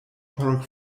por